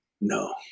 No